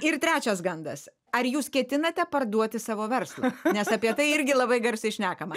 ir trečias gandas ar jūs ketinate parduoti savo verslą nes apie tai irgi labai garsiai šnekama